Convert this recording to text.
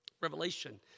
Revelation